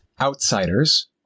outsiders